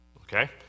Okay